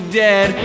dead